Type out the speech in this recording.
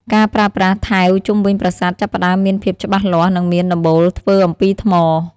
ការប្រើប្រាស់ថែវជុំវិញប្រាសាទចាប់ផ្តើមមានភាពច្បាស់លាស់ និងមានដំបូលធ្វើអំពីថ្ម។